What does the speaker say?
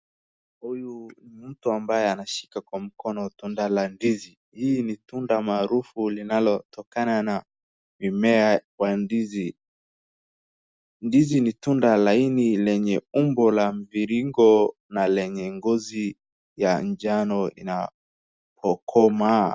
Hyu ni mtu ambaye anashika kwa mkono yunda la ndizi, hii ni tunda maarufu linalotokana na mimea wa ndizi, ndizi ni tunda laini lenye umbo la mviringo na lenye ngozi ua njano inapokomaa.